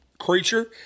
Creature